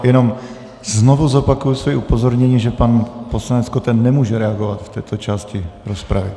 Jenom znovu zopakuji svoje upozornění, že pan poslanec Koten nemůže reagovat v této části rozpravy.